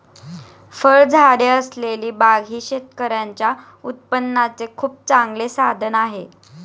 फळझाडे असलेली बाग ही शेतकऱ्यांच्या उत्पन्नाचे खूप चांगले साधन आहे